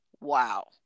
wow